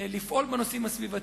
לפעול בנושאים הסביבתיים,